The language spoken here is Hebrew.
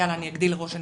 יאללה אני אגדיל ראש,